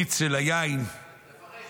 המיץ של היין --- תפרש